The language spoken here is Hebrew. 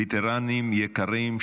וטרנים יקרים.